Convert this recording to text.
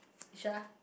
you sure ah